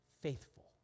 faithful